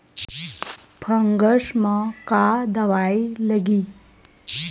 Fungus म का दवाई लगी?